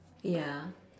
ya